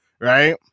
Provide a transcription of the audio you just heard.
right